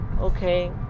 okay